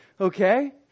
Okay